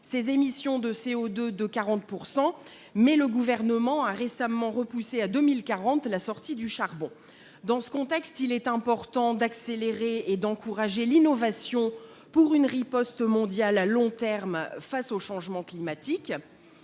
ses émissions de CO2 de 40 %, mais son gouvernement a récemment repoussé à 2040 la sortie du charbon. Dans ce contexte, il est important d'accélérer et d'encourager l'innovation pour une riposte mondiale à long terme face au changement climatique.